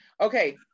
Okay